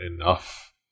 enough